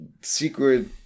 secret